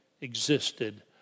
existed